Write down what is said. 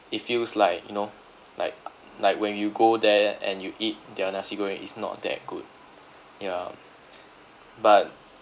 it feels like you know like like when you go there and you eat their nasi goreng is not that good yeah but